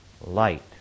light